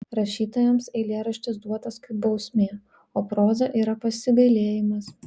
rašytojams eilėraštis duotas kaip bausmė o proza yra pasigailėjimas